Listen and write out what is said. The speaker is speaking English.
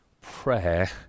prayer